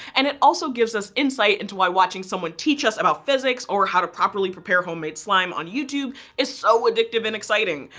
and it also gives us insight into why watching someone teach us about physics or how to properly prepare homemade slime on youtube is so addictive and exciting.